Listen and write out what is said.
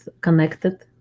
connected